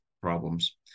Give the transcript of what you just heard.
problems